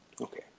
Okay